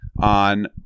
on